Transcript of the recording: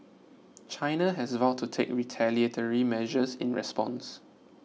China has vowed to take retaliatory measures in response